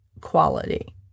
quality